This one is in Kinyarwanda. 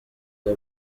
www